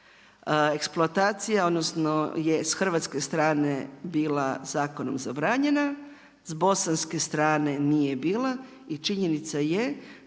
Eksploatacija, odnosno, je s Hrvatske strane je bila zakonom zabranjena, s Bosanke strane nije bila i činjenica je,